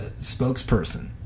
spokesperson